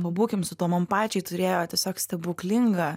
pabūkim su tuo man pačiai turėjo tiesiog stebuklingą